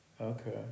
Okay